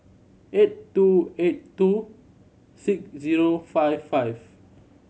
eight two eight two six zero five five